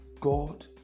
God